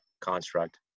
construct